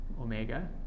omega